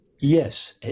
Yes